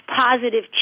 positive